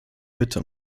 bitte